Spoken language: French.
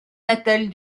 natale